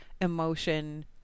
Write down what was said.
emotion